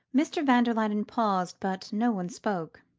mr. van der luyden paused, but no one spoke.